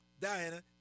Diana